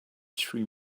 three